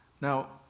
Now